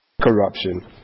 corruption